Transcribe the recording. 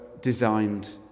designed